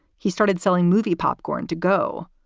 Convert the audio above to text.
he started selling movie popcorn to go.